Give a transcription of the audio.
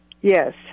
Yes